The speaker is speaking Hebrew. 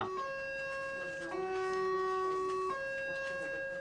זה המון כסף, זה לא סכומים זניחים.